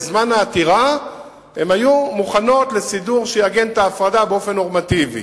בזמן העתירה הן היו מוכנות לסידור שיעגן את ההפרדה באופן נורמטיבי.